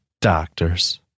Doctors